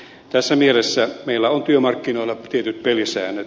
tässä mielessä meillä on työmarkkinoilla tietyt pelisäännöt